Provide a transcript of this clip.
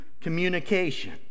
communication